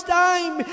time